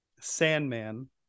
Sandman